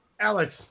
Alex